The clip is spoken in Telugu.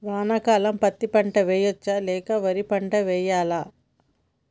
వానాకాలం పత్తి పంట వేయవచ్చ లేక వరి పంట వేయాలా?